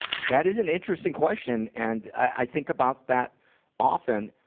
that is an interesting question. and, i think about that often.